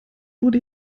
wurde